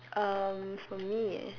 um for me eh